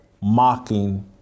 mocking